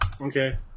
Okay